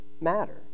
matter